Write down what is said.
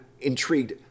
intrigued